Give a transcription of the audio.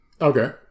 Okay